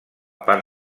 part